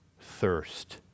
thirst